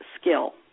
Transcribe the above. skill